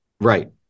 Right